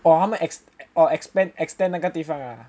oh 他们 expand extend 哪个地方 ah